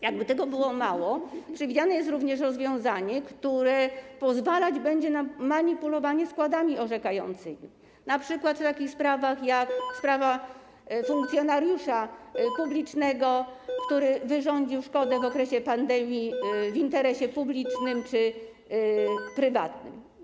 Jakby tego było mało, przewidziane jest również rozwiązanie, które pozwalać będzie na manipulowanie składami orzekającymi np. w takich sprawach jak sprawa funkcjonariusza publicznego, który wyrządził szkodę w okresie pandemii w interesie publicznym czy prywatnym.